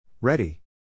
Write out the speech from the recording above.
Ready